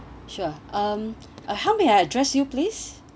sure um how may I address you please